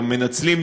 גם מנצלים,